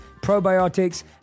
probiotics